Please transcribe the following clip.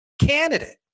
candidate